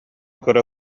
көрө